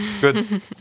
good